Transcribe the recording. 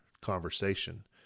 conversation